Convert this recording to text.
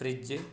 fridge